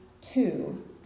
two